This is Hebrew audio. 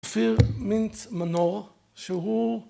אופיר מינט מנור שהוא